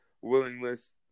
willingness